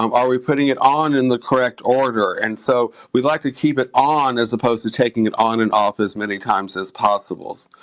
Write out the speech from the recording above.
um are we putting it on in the correct order? and so we'd like to keep it on as opposed to taking it on and off as many times as possible.